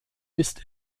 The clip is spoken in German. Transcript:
ist